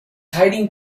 hiding